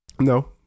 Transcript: No